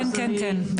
כן, כן בבקשה.